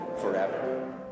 forever